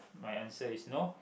my answer is no